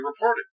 reported